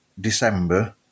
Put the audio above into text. December